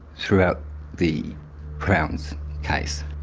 throughout the crown's case.